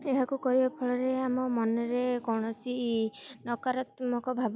ଏହାକୁ କରିବା ଫଳରେ ଆମ ମନରେ କୌଣସି ନକାରାତ୍ମକ ଭାବନା